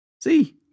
See